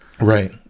right